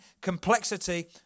complexity